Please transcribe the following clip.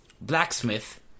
blacksmith